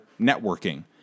networking